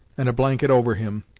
and a blanket over him,